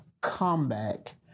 comeback